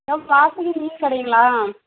hello Vasuki மீன் கடைங்களா